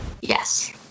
Yes